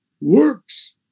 works